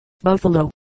Buffalo